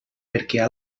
perquè